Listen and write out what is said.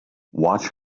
watch